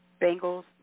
Bengals